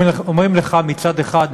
אומרים לך מצד אחד,